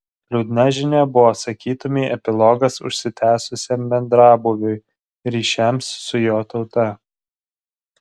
liūdna žinia buvo sakytumei epilogas užsitęsusiam bendrabūviui ryšiams su jo tauta